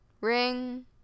Ring